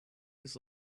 his